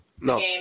No